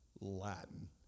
Latin